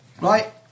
Right